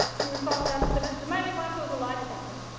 you recall that's what the the magic lasso was a lie detector.